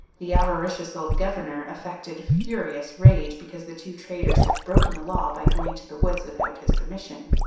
the avaricious old governor affected furious rage because the two traders had broken the law by going to the woods without his permission.